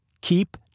keep